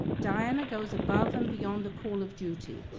diana goes above and beyond the call of duty.